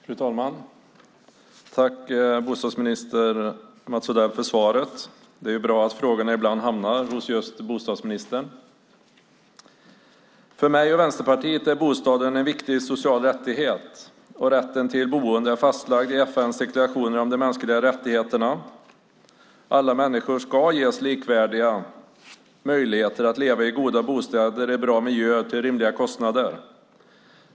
Fru talman! Jag vill tacka bostadsminister Mats Odell för svaret. Det är bra att frågorna ibland hamnar hos just bostadsministern. För mig och Vänsterpartiet är bostaden en viktig social rättighet, och rätten till boende är fastlagd i FN:s deklaration om de mänskliga rättigheterna. Alla människor ska ges likvärdiga möjligheter att leva i goda bostäder, i bra miljö och till rimliga kostnader.